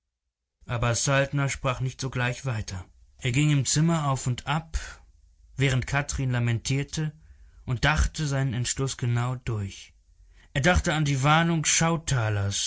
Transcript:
aber saltner sprach nicht sogleich weiter er ging im zimmer auf und ab während kathrin lamentierte und dachte seinen entschluß genau durch er dachte an die